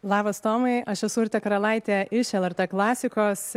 labas tomai aš esu urtė karalaitė iš lrt klasikos